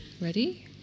Ready